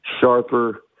sharper